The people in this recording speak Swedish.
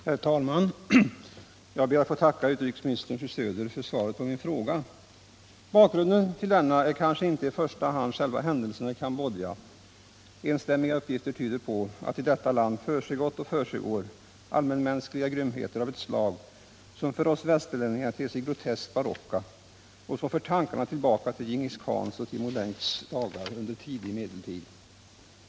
Herr talman! Jag ber att få tacka utrikesministern Karin Söder för svaret på min fråga. Bakgrunden till denna är kanske inte i första hand själva händelserna i Cambodja. Enstämmiga uppgifter tyder på att i detta land försiggått och försiggår omänskliga grymheter av ett slag som för oss västerlänningar ter sig groteska och för tankarna tillbaka till Djingis Khans och Timur Lenks dagar under tidig medeltid.